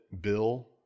bill